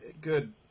good